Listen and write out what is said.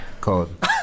called